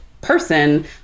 person